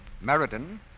Meriden